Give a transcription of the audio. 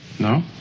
No